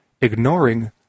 ignoring